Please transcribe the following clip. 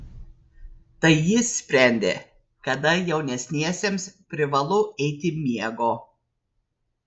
tai jis sprendė kada jaunesniesiems privalu eiti miego